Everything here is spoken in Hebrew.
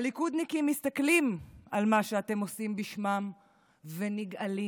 הליכודניקים מסתכלים על מה שאתם עושים בשמם ונגעלים.